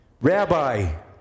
Rabbi